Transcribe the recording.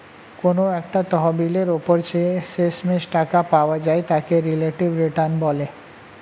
কোনো একটা তহবিলের উপর যে শেষমেষ টাকা পাওয়া যায় তাকে রিলেটিভ রিটার্ন বলে